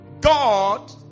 God